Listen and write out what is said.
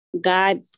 God